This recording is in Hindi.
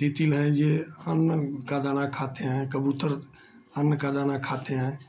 तितिल हैं जो अन्न का दाना खाते हैं कबूतर अन्न का दाना खाते हैं